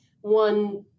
one